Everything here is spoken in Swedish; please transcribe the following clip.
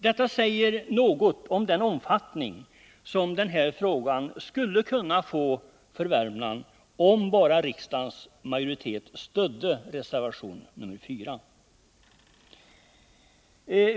Detta säger något om de omfattande effekter som de åtgärder det här är fråga om skulle kunna få för Värmland, om bara riksdagens majoritet stödde reservation nr 4.